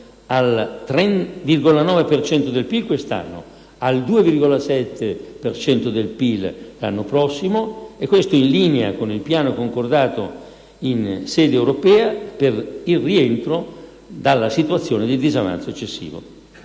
cento del PIL quest'anno e al 2,7 per cento del PIL l'anno prossimo, in linea con il piano concordato in sede europea per il rientro dalla situazione del disavanzo eccessivo.